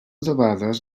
debades